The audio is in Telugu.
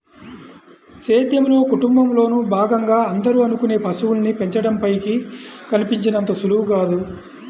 సేద్యంలో, కుటుంబంలోను భాగంగా అందరూ అనుకునే పశువుల్ని పెంచడం పైకి కనిపించినంత సులువు కాదు